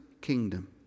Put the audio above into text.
kingdom